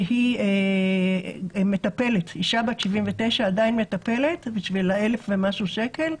שהיא מטפלת בשביל ה-1,000 ומשהו שקל,